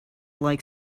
like